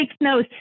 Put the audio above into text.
no